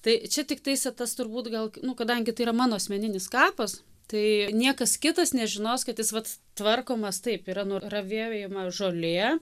tai čia tiktais tas turbūt gal nu kadangi tai yra mano asmeninis kapas tai niekas kitas nežinos kad jis vat tvarkomas taip yra nuravėjama žolė